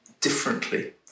differently